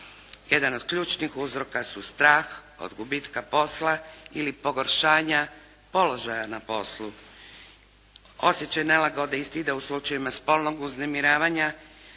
jedan od ključnih uzroka su strah od gubitka posla ili pogoršanja položaja na poslu. Osjećaj nelagode isto ide u slučajevima spolnog uznemiravanja